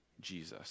Jesus